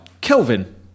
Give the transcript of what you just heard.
Kelvin